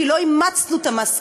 כי לא אימצנו את המסקנות.